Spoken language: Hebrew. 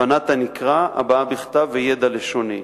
הבנת הנקרא, הבעה בכתב וידע לשוני.